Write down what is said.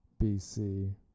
BC